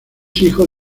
hijo